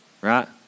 right